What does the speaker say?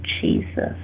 Jesus